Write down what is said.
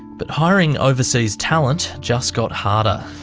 but hiring overseas talent just got harder.